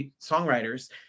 songwriters